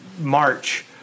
March